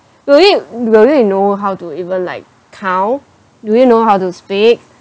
will it will you know how to even like count do you know how to speak